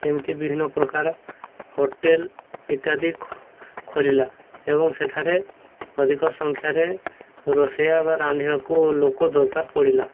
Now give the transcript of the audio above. ଏମିତି ବିଭିନ୍ନ ପ୍ରକାର ହୋଟେଲ ଇତ୍ୟାଦି ଖୋଲିଲା ଏବଂ ସେଠାରେ ଅଧିକ ସଂଖ୍ୟାରେ ରୋଷେୟା ବା ରାନ୍ଧିବାକୁ ଲୋକ ଦରକାର ପଡ଼ିଲା